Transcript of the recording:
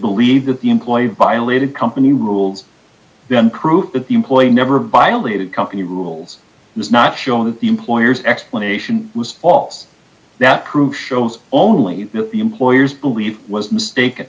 believes that the employee violated company rules then prove that the employee never violated company rules and is not shown the employer's explanation was false that proof shows only the employer's believe was mistake